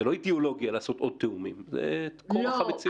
זאת לא אידיאולוגיה לעשות עוד תיאומים אלא זה כורח המציאות.